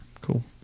Cool